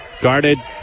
guarded